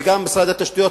וגם משרד התשתיות,